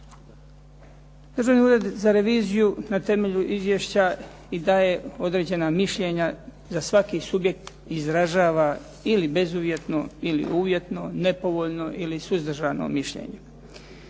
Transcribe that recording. Državni ured za reviziju na temelju izvješća daje određena mišljenja, za svaki subjekt izražava ili bezuvjetno ili uvjetno, nepovoljno ili suzdržano mišljenje.